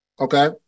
okay